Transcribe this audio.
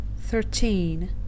thirteen